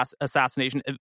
assassination